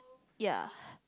ya